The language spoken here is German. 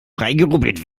freigerubbelt